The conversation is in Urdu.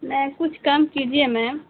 نہیں کچھ کم کیجیے میم